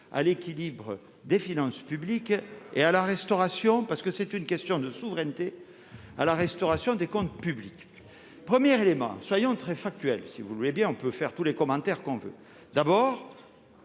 à l'équilibre des finances publiques et à la restauration parce que c'est une question de souveraineté à la restauration des comptes publics Première éléments soyons très factuel, si vous le voulez bien, on peut faire tous les commentaires qu'on veut d'abord.